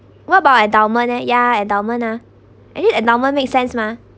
what about endowment eh ya endowment ah eh endowment make sense mah